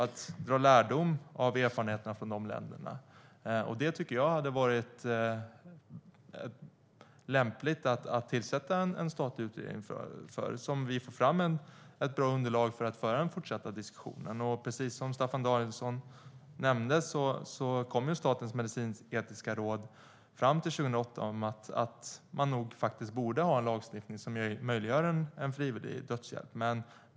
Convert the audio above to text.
Vi kan dra lärdom av erfarenheterna från de länderna, och det tycker jag att det hade varit lämpligt att tillsätta en statlig utredning för. På det sättet får vi fram ett bra underlag för att föra den fortsatta diskussionen. Precis som Staffan Danielsson nämnde kom ju Statens medicinsk-etiska råd 2008 fram till att man nog faktiskt borde ha en lagstiftning som möjliggör frivillig dödshjälp.